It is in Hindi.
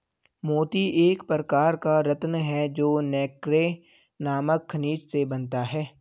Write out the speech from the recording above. मोती एक प्रकार का रत्न है जो नैक्रे नामक खनिज से बनता है